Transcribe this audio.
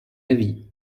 avis